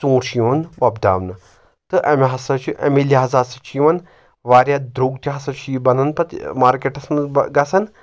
ژوٗنٛٹھ چھِ یِوان وۄپداونہٕ تہٕ اَمہِ ہسا چھُ امہِ لِحاظ ہسا چھُ یِوان واریاہ درٛوگ تہِ ہسا چھُ یہِ بَنان پَتہٕ مارکیٹس منٛز گژھان